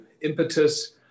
impetus